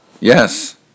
Yes